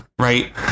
Right